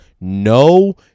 no